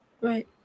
Right